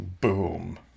Boom